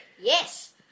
Yes